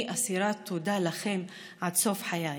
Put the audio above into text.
אני אסירת תודה לכם עד סוף חיי.